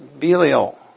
Belial